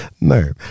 no